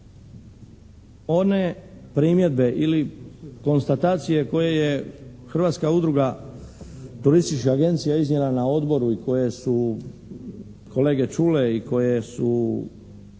One primjedbe ili konstatacije koje je Hrvatska udruga turistička agencija iznijela na odboru i koje su kolege čule i koje su